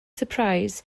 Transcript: surprise